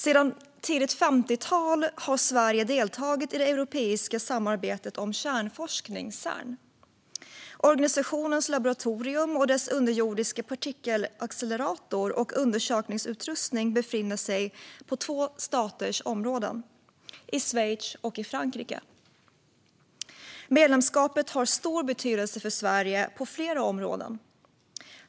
Sedan tidigt 50-tal har Sverige deltagit i det europeiska samarbetet om kärnforskning, Cern. Organisationens laboratorium och dess underjordiska partikelaccelerator och undersökningsutrustning befinner sig på två staters områden, i Schweiz och Frankrike. Medlemskapet har stor betydelse för Sverige på flera områden.